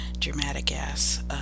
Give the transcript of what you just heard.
dramatic-ass